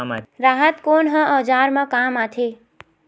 राहत कोन ह औजार मा काम आथे?